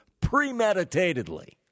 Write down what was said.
premeditatedly